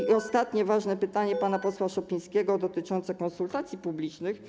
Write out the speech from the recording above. I ostatnie ważne pytanie, pana posła Szopińskiego, dotyczące konsultacji publicznych.